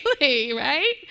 right